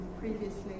previously